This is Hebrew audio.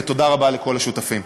ותודה רבה לכל השותפים.